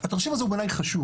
התרשים הזה הוא בעיני חשוב.